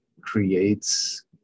creates